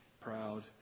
proud